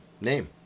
name